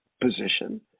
position